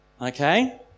Okay